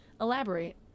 elaborate